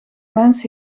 mens